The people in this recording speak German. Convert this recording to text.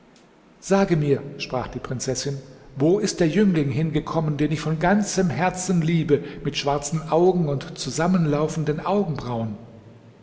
sage mir sprach die prinzessin wo ist der jüngling hingekommen den ich von ganzem herzen liebe mit schwarzen augen und zusammenlaufenden augenbrauen